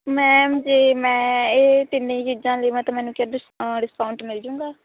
ma'am ਜੇ ਮੈਂ ਇਹ ਤਿੰਨੇ ਚੀਜ਼ਾਂ ਲਵਾਂ ਤਾਂ ਮੈਨੂੰ ਕਿਆ ਡਿਸਕਾਉਂਟ ਡਿਸਕਾਉਂਟ ਮਿਲ ਜੂਗਾ